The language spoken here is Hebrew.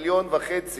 1.5 מיליון אנשים,